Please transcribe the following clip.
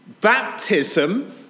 Baptism